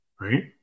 right